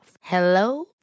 Hello